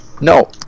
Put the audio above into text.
No